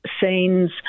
scenes